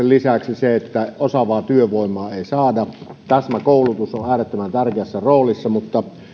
lisäksi se että osaavaa työvoimaa ei saada täsmäkoulutus on äärettömän tärkeässä roolissa mutta